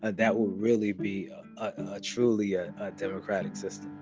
and that will really be ah truly a democratic system